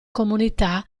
comunità